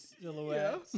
silhouette